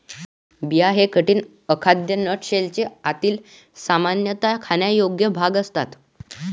बिया हे कठीण, अखाद्य नट शेलचे आतील, सामान्यतः खाण्यायोग्य भाग असतात